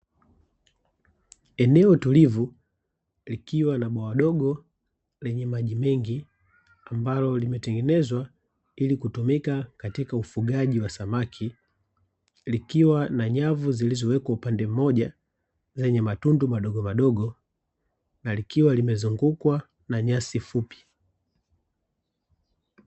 Eneo tulivu likiwa na bwawa dogo lenye maji mengi ambalo limetengenezwa ili kutumika katika ufugaji wa samaki, likiwa na nyavu zilizowekwa upande mmoja zenye matundu madogomadogo, na likiwa limezungukwa na nyasi fupi.